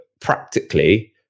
practically